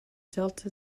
delta